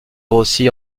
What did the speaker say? rossi